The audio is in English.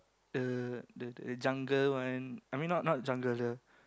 uh the the jungle one I mean not jungle